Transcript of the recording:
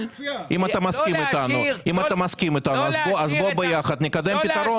אם אתה מסכים איתנו, אז בואו ביחד נקדם פתרון.